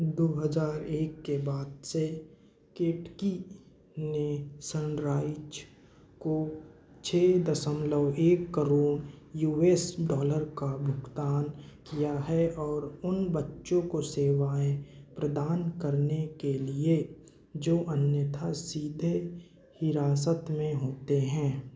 दो हज़ार एक के बाद से केटकी ने सनराइज को छः दशमलव एक करोड़ यू एस डॉलर का भुगतान किया है और उन बच्चों को सेवाएँ प्रदान करने के लिए जो अन्यतः सीधे हिरासत में होते हैं